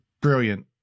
brilliant